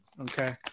Okay